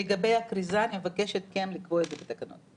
לגבי הכריזה אני מבקשת כן לקבוע את זה בתקנות.